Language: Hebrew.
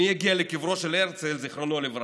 מי יגיע לקברו של הרצל, זיכרונו לברכה,